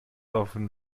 often